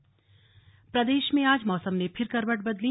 मौसम प्रदेश में आज मौसम ने फिर करवट बदली